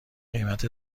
قیمت